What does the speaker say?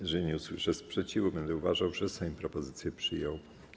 Jeżeli nie usłyszę sprzeciwu, będę uważał, że Sejm propozycję przyjął.